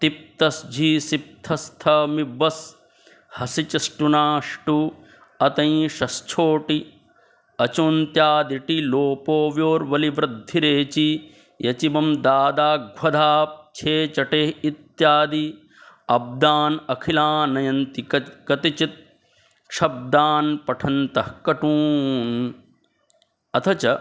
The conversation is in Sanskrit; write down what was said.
तिप्तस्झि सिप्तस्थ मिबस् हशिचष्टुनाष्टु अतैशश्छोट्यचोन्त्यादिटि लोपोव्योर्वलिवृद्धिरेचि यचिमम्दाधाघ्वदाप्छेचटे इत्यादि अब्दान् अखिलानयन्ति कतिचित् शब्दान् पठन्तः कटून् अथ च